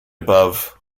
above